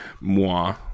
moi